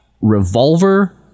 Revolver